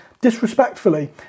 disrespectfully